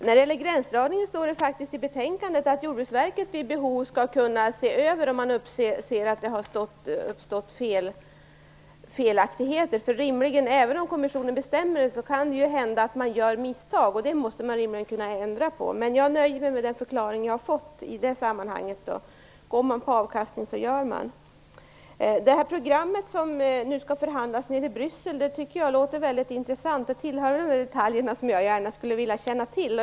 När det gäller gränsdragningen står det faktiskt i betänkandet att Jordbruksverket vid behov skall kunna se över detta om man anser att det har uppstått felaktigheter. Även om kommissionen bestämmer kan det hända att man gör misstag. Det måste man rimligen kunna ändra på. Men jag nöjer mig med den förklaring som jag har fått i det sammanhanget. Går man på avkastning så gör man. Det program som man nu skall förhandla om nere i Bryssel tycker jag låter väldigt intressant. Det tillhör de där detaljerna som jag gärna skulle vilja känna till.